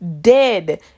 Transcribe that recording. dead